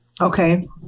Okay